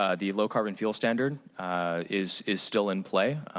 ah the low carbon fuel standard is is still in play.